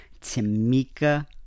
Tamika